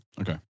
Okay